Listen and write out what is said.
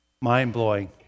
mind-blowing